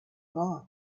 god